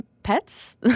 Pets